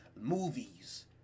Movies